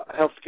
healthcare